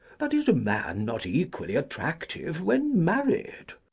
but is a man not equally attractive when married?